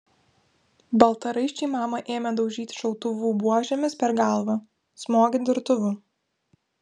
baltaraiščiai mamą ėmė daužyti šautuvų buožėmis per galvą smogė durtuvu